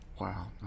wow